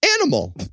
animal